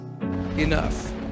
enough